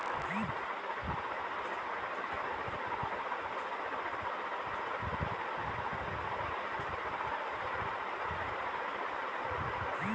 फलीदार फसल का बाद बिना फली वाला फसल के बोए के चाही